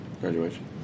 graduation